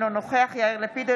אינו נוכח יאיר לפיד,